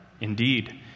Indeed